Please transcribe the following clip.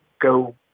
go